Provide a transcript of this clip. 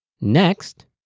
Next